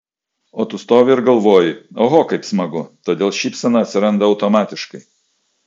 o tu stovi ir galvoji oho kaip smagu todėl šypsena atsiranda automatiškai